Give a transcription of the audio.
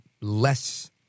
less